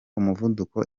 umuvuduko